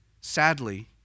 Sadly